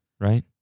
right